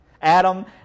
Adam